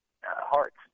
hearts